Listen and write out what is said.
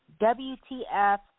WTF